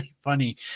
funny